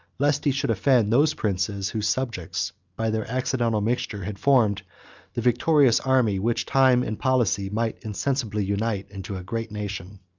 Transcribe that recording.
lest he should offend those princes, whose subjects, by their accidental mixture, had formed the victorious army, which time and policy might insensibly unite into a great nation.